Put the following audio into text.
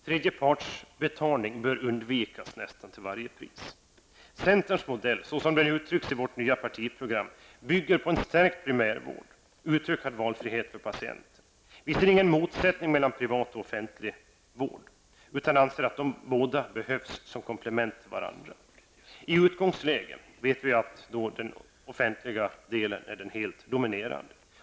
Tredjepartsbetalning bör undvikas till nästan varje pris. Centerns modell, som den uttrycks i det nya partiprogrammet, bygger på en stärkt primärvård och utökad valfrihet för patienterna. Vi ser ingen motsättning mellan privat och offentlig vård utan anser att de båda behövs som komplement till varandra. I utgångsläget vet vi att den offentliga delen är den helt dominerande.